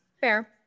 fair